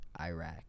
Iraq